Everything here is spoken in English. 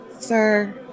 sir